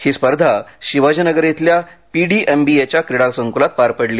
ही स्पर्धा शिवाजीनगर इथल्या P D M B A च्या क्रीडासंकुलात पार पडली